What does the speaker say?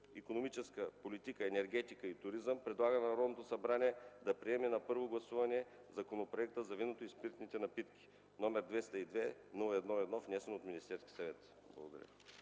икономическата политика, енергетика и туризъм предлага на Народното събрание да приеме на първо гласуване Законопроект за виното и спиртните напитки, № 202-01-1, внесен от Министерския съвет”.